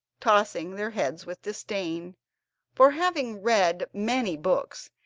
tossing their heads with disdain for, having read many books,